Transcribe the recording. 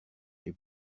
les